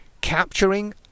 capturing